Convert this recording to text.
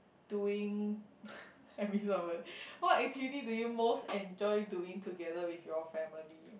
doing what activities do you most enjoy doing together with your family